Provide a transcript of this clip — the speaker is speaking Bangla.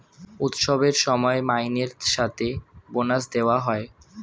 উৎসবের সময় মাইনের সাথে বোনাস দেওয়া হয়